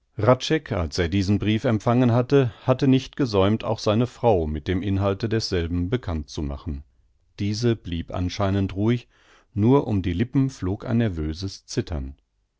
als er diesen brief empfangen hatte hatte nicht gesäumt auch seine frau mit dem inhalte desselben bekannt zu machen diese blieb anscheinend ruhig nur um ihre lippen flog ein nervöses zittern